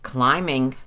Climbing